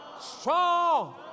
strong